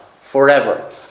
forever